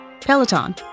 Peloton